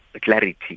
clarity